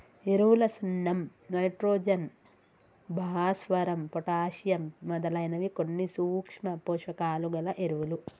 ఎరువులు సున్నం నైట్రోజన్, భాస్వరం, పొటాషియమ్ మొదలైనవి కొన్ని సూక్ష్మ పోషకాలు గల ఎరువులు